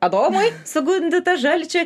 adomui sugundyta žalčio